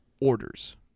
orders